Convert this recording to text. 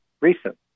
recent